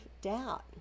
doubt